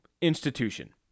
institution